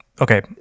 Okay